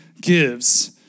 gives